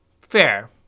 fair